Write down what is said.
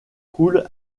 coule